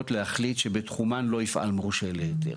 להחליט שבתחומן לא יפעל מורשה להיתר,